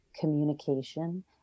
communication